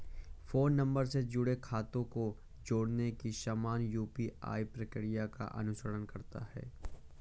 phone number से जुड़े खातों को जोड़ने की सामान्य यू.पी.आई प्रक्रिया का अनुसरण करता है